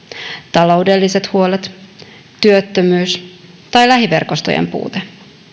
taloudelliset huolet työttömyys tai lähiverkostojen puute